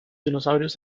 dinosaurios